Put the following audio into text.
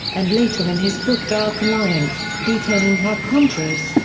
and later in his book dark alliance, detailing how contras,